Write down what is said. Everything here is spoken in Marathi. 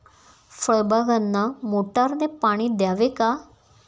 फळबागांना मोटारने पाणी द्यावे का?